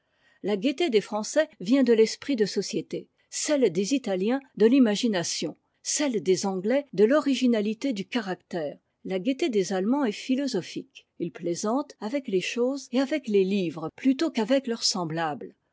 la gaieté des français vient de l'esprit de société celle des italiens de l'imagination celle des anglais de l'originalité du caractère la gaieté des allemands est philosophique ils plaisantent avec les choses et avec les livres plutôt qu'avec leurs semblables